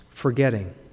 forgetting